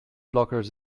blockers